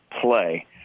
play